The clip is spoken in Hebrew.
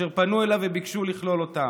אשר פנו אליי וביקשו לכלול אותם.